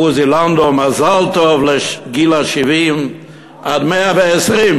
נגיד לו מזל טוב, זה היום?